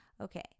okay